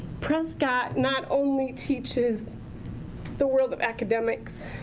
prescott not only teaches the world of academics.